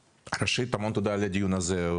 ראשית, המון תודה על הדיון הזה.